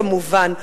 כמובן,